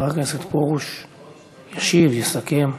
מאיר פרוש ישיב, יסכם.